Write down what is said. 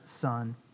son